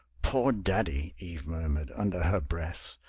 poor daddy! eve murmured under her breath.